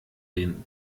den